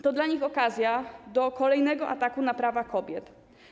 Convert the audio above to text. To dla nich okazja do kolejnego ataku na prawa kobiet.